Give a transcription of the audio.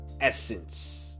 essence